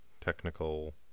technical